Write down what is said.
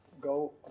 go